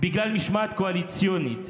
בגלל משמעת קואליציונית,